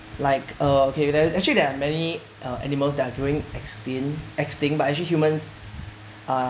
like uh okay then actually there are many uh animals that are going extinct extinct but actually humans are